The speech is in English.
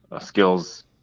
skills